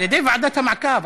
על-ידי ועדת המעקב,